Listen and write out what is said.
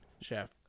chef